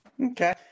Okay